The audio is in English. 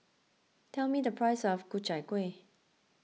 tell me the price of Ku Chai Kuih